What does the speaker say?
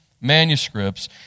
manuscripts